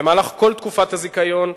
במהלך כל תקופת הזיכיון,